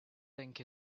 think